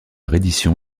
reddition